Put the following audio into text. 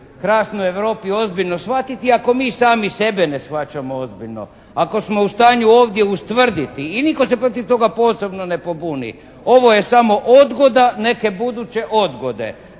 krasnoj Europi ozbiljno shvatiti ako mi sami sebe ne shvaćamo ozbiljno? Ako smo u stanju ovdje ustvrditi i nitko se protiv toga posebno ne pobuni. Ovo je samo odgoda neke buduće odgode.